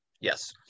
Yes